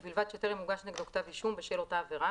ובלבד שטרם הוגש נגדו כתב אישום בשל אותה עבירה,